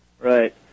Right